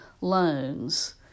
loans